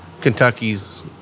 Kentucky's